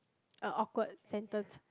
awkward sentence